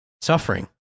Suffering